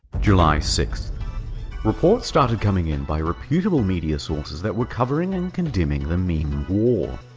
july sixth reports started coming in by reputable media sources that were covering and condemning the meme war.